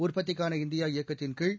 உற்பத்திக்கான இந்தியா இயக்கத்தின்கீழ்